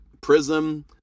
prism